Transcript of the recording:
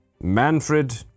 Manfred